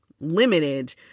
limited –